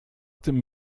tym